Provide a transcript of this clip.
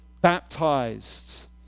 baptized